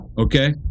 Okay